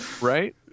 right